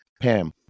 Pam